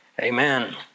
Amen